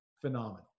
phenomenal